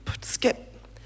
skip